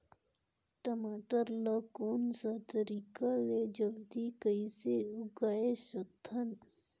टमाटर ला कोन सा तरीका ले जल्दी कइसे उगाय सकथन?